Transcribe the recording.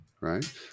right